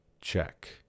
check